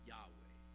Yahweh